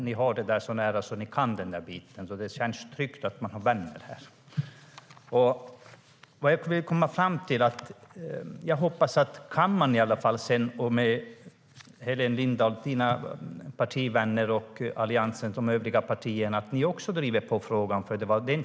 Ni har den där biten så nära att ni kan den, och det känns tryggt att ha vänner. Vad jag vill komma fram till är att jag hoppas att Helena Lindahl, hennes partivänner och övriga allianspartier också driver på frågan.